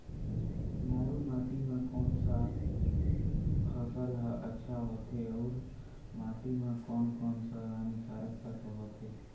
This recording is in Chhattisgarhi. मारू माटी मां कोन सा फसल ह अच्छा होथे अउर माटी म कोन कोन स हानिकारक तत्व होथे?